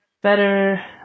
better